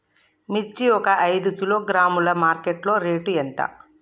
మిర్చి ఒక ఐదు కిలోగ్రాముల మార్కెట్ లో రేటు ఎంత?